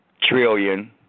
trillion